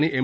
आणि एम